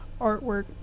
artwork